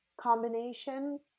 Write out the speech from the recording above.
combination